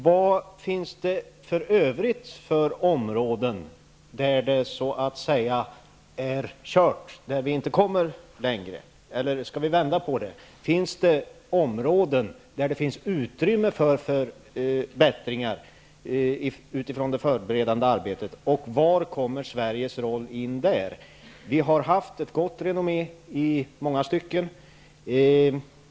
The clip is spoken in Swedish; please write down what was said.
Vad finns det för övrigt för områden där det så att säga är kört, där vi inte kommer längre? Eller, för att vända på frågan: Finns det områden där det finns utrymme för förbättringar utifrån det förberedande arbetet? Och vilken blir Sveriges roll i det sammanhanget? Vi har i många stycken haft ett gott renommé.